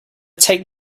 take